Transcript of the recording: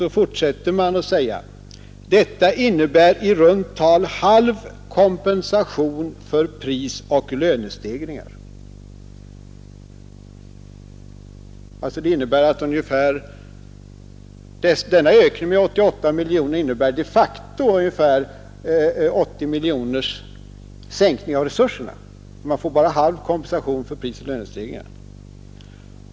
Så fortsätter man: ”Detta innebär i runt tal halv kompensation för prisoch lönestegringar.” Denna ökning med 88 miljoner innebär alltså de facto ungefär 80 miljoners sänkning av resurserna — man får bara halv kompensation för prisoch lönestegringar.